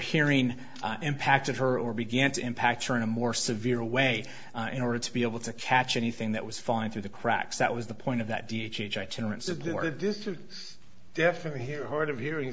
hearing impacted her or began to impact her in a more severe way in order to be able to catch anything that was falling through the cracks that was the point of that d h did this to definitely hear hard of hearing